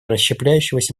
расщепляющегося